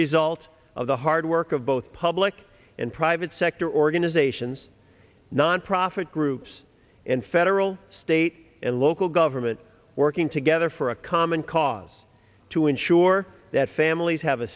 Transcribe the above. result of the hard work of both public and private sector organizations nonprofit groups and federal state and local government working together for a common cause to ensure that families have a